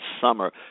summer